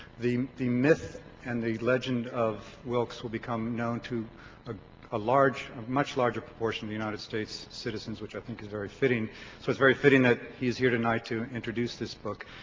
the the myth and the legend of wilkes will become known to a ah large, much larger proportion of the united states citizens which i think is very fitting so it's very fitting that he's here tonight to introduce this book.